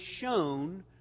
shown